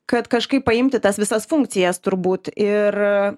kad kažkaip paimti tas visas funkcijas turbūt ir